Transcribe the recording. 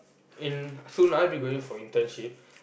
in soon I'll be going for internship